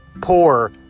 Poor